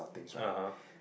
uh [huh]